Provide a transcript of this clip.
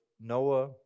Noah